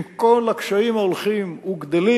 עם כל הקשיים ההולכים וגדלים,